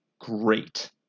great